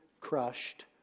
crushed